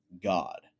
God